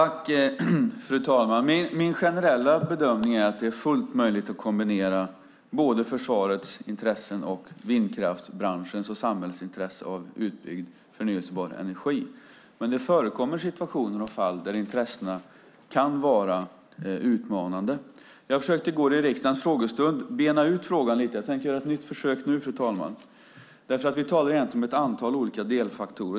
Fru talman! Min generella bedömning är att det är fullt möjligt att kombinera försvarets intressen och vindkraftsbranschens och samhällets intresse av utbyggd förnybar energi. Men det förekommer situationer och fall där intressena kan vara utmanande. Jag försökte i går i riksdagens frågestund bena ut frågan lite grann, och jag tänkte göra ett nytt försök nu därför att vi egentligen talar om ett antal olika delfaktorer.